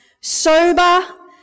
Sober